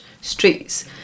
streets